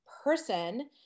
person